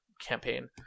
campaign